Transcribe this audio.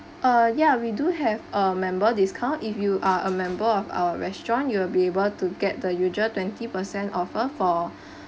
uh ya we do have a member discount if you are a member of our restaurant you will be able to get the usual twenty percent offer for